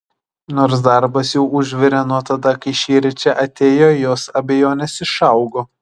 nors darbas jau užvirė nuo tada kai šįryt čia atėjo jos abejonės išaugo